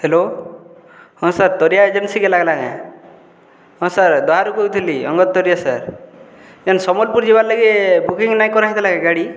hello ହଁ sir Taria ଏଜେନ୍ସିକେ ଲାଗ୍ଲା କେଁ ହଁ ସାର୍ ଦା'ରୁ କହୁଥିଲି ଅଙ୍ଗଦ୍ ତରିଆ ସାର୍ ଯେନ୍ ସମ୍ବଲ୍ପୁର୍ ଯିବାର୍ଲାଗି ବୁକିଂ ନାଇଁ କରାହେଇଥିଲା କେଁ ଗାଡ଼ି